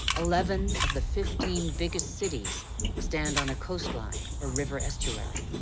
eleven of the fifteen biggest cities stand on a coastline or river estuary.